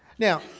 Now